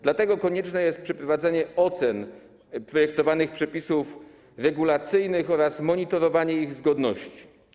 Dlatego konieczne jest przeprowadzenie ocen projektowanych przepisów regulacyjnych oraz monitorowanie ich zgodności.